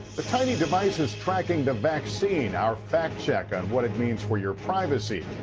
the tiny devices tracking the vaccine our fact check on what it means for your privacy.